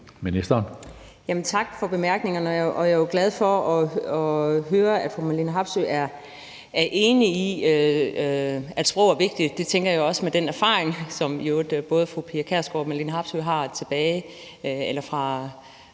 Tak for bemærkningerne, og jeg er jo glad for at høre, at fru Marlene Harpsøe er enig i, at sprog er vigtigt. Jeg tænker også, at med den erfaring, som i øvrigt både fru Pia Kjærsgaard og fru Marlene Harpsøe har fra uden for